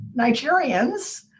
Nigerians